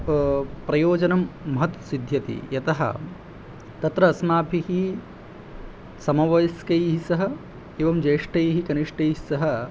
प्रयोजनं महत् सिद्ध्यति यतः तत्र अस्माभिः समवयस्कैः सह एवं ज्येष्टैः कनिष्टैस्सह